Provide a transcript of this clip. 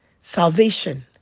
salvation